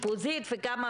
ושוב